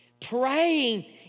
Praying